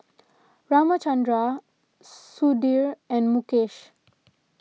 Ramchundra Sudhir and Mukesh